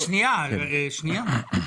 אני אמשיך